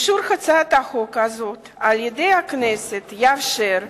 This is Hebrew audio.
אישור הצעת החוק הזאת על-ידי הכנסת יאפשר,